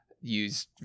use